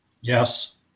Yes